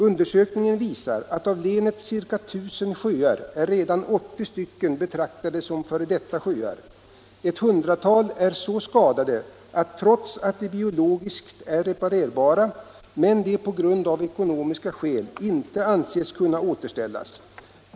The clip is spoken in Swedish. Undersökningen visar att av länets ca 1000 sjöar är redan 80 betraktade som f. d. sjöar. Ett hundratal är så skadade att de, trots att de biologiskt är reparerbara, av ekonomiska skäl inte anses kunna bli återställda.